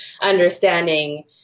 understanding